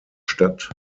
stadt